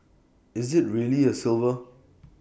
is IT really A silver